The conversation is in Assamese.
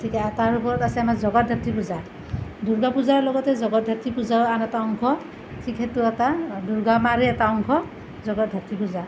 গতিকে তাৰ ওপৰত আছে আমাৰ জগদ্ধাত্ৰী পূজা দুৰ্গা পূজাৰ লগতে জগদ্ধাত্ৰী পূজাও আন এটা অংশ ঠিক সেইটো এটা দুৰ্গা মাৰে এটা অংশ জগদ্ধাত্ৰী পূজা